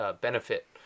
benefit